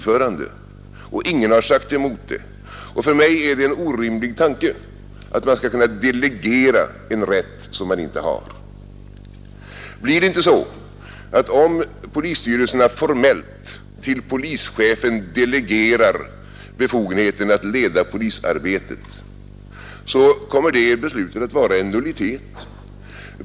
För mig är det en orimlig tanke att man skall kunna delegera en rätt som man inte har. Blir det inte så att om polisstyrelserna formellt till polischefen delegerar befogenheten att leda polisarbetet, kommer det beslutet att vara en nullitet?